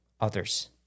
others